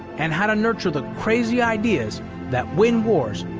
and how to nurture the crazy ideas that win wars,